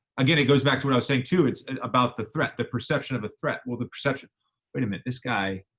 again, it goes back to what i was saying too. it's about the threat, the perception of a threat. well, the perception wait a minute, this guy,